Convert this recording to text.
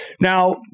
Now